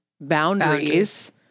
boundaries